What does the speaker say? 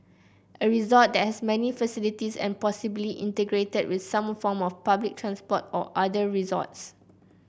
a resort that has many facilities and possibly integrated with some form of public transport or other resorts